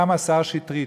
גם השר שטרית,